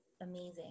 amazing